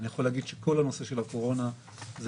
אני יכול להגיד שכל הנושא של הקורונה זו